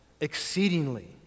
exceedingly